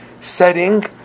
setting